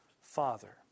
father